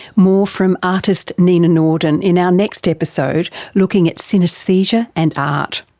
more from artist nina norden in our next episode looking at synaesthesia and art.